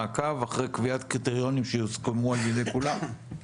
מעקב אחרי קביעת קריטריונים שיוסכמו על ידי כולם.